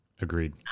Agreed